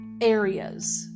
areas